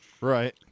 Right